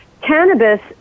cannabis